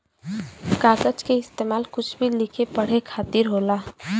कागज के इस्तेमाल कुछ भी लिखे पढ़े खातिर होला